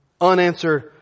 Unanswered